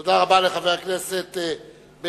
תודה רבה לחבר הכנסת בן-ארי.